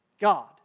God